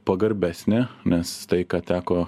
pagarbesnė nes tai ką teko